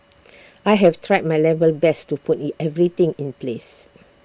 I have tried my level best to put in everything in place